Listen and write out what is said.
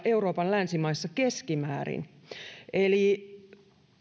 euroopan länsimaissa keskimäärin eli